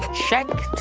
check